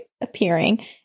appearing